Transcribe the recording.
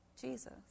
Jesus